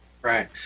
Right